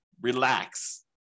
relax